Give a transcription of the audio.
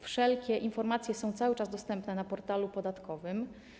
Wszelkie informacje są cały czas dostępne na portalu podatkowym.